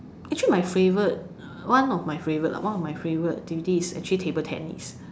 actually my favorite one of my favorite lah one of my favorite activity is actually table tennis